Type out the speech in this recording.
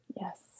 Yes